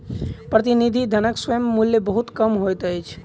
प्रतिनिधि धनक स्वयं मूल्य बहुत कम होइत अछि